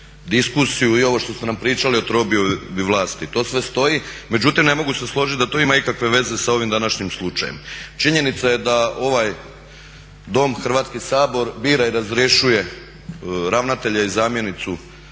i ovo što ste nam pričali o trodiobi vlasti, to sve stoji. Međutim, ne mogu se složiti da to ima ikakve veze sa ovim današnjim slučajem. Činjenica je da ovaj Dom, Hrvatski sabor bira i razrješuje ravnatelja i zamjenicu